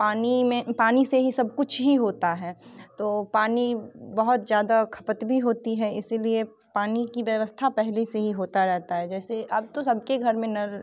पानी में पानी से ही सब कुछ ही होता है तो पानी बहुत ज़्यादा खपत भी होती है इसीलिए पानी की व्यवस्था पहले से ही होता रहता है जैसे अब तो सबके घर में नल